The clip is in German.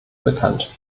bekannt